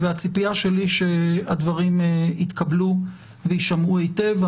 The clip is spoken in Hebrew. והציפייה שלי היא שהדברים יתקבלו ויישמעו היטב.